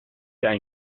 ein